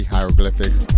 Hieroglyphics